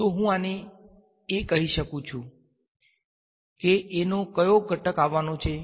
તો હું આને A કહી શકું છું કે A નો કયો ઘટક આવવાનો છે